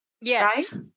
Yes